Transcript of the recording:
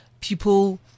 people